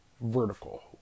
vertical